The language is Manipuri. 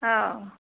ꯑꯥꯎ